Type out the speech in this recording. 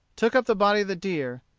took up the body of the deer,